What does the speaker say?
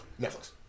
Netflix